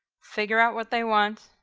figure out what they want,